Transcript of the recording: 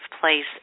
place